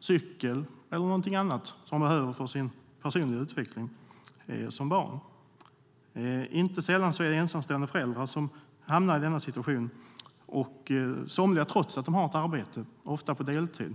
cykel eller något annat man behöver för sin personliga utveckling som barn. Inte sällan är det ensamstående föräldrar som hamnar i denna situation - somliga trots att de har ett arbete, ofta på deltid.